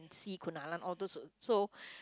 C-Kunalan all those so